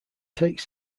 takes